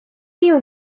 you